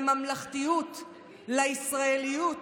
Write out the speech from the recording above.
לממלכתיות, לישראליות,